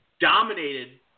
dominated